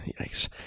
yikes